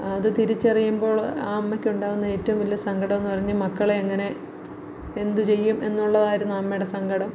അത് തിരിച്ചറിയുമ്പോൾ ആ അമ്മയ്ക്കുണ്ടാകുന്ന ഏറ്റോം വലിയ സങ്കടമെന്ന് പറഞ്ഞ് മക്കളെ എങ്ങനെ എന്ത് ചെയ്യും എന്നുള്ളതായിരുന്നു ആ അമ്മേടെ സങ്കടം